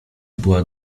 była